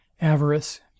avarice